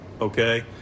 Okay